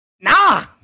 Nah